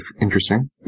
interesting